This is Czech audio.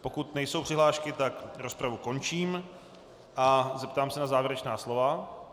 Pokud nejsou přihlášky, rozpravu končím a zeptám se na závěrečná slova.